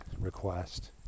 request